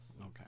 Okay